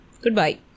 goodbye